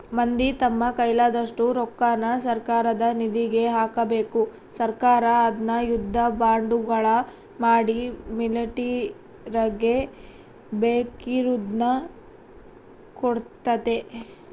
ಮಂದಿ ತಮ್ಮ ಕೈಲಾದಷ್ಟು ರೊಕ್ಕನ ಸರ್ಕಾರದ ನಿಧಿಗೆ ಹಾಕಬೇಕು ಸರ್ಕಾರ ಅದ್ನ ಯುದ್ಧ ಬಾಂಡುಗಳ ಮಾಡಿ ಮಿಲಿಟರಿಗೆ ಬೇಕಿರುದ್ನ ಕೊಡ್ತತೆ